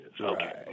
okay